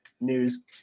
news